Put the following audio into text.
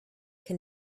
can